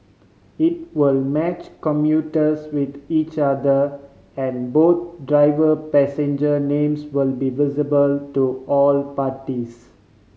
it will match commuters with each other and both driver passenger names will be visible to all parties